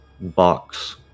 box